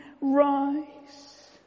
rise